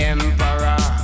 Emperor